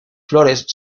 flores